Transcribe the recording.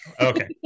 Okay